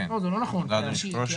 בבקשה.